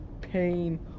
pain